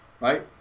Right